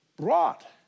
brought